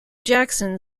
jackson